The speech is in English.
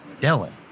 Dylan